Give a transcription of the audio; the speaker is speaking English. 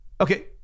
Okay